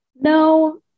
no